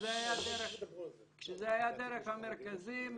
כשזה היה דרך המרכזים,